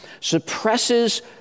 suppresses